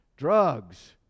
Drugs